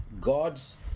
God's